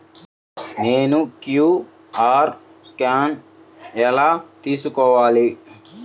నేను QR scan ఎలా తీసుకోవాలి?